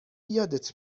یادت